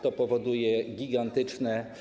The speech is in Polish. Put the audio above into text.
To powoduje gigantyczne.